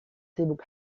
sibuk